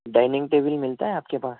dining table ملتا ہے آپ کے پاس